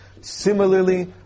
Similarly